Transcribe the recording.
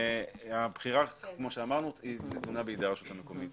והבחירה כמו שאמרנו, נתונה בידי הרשות המקומית.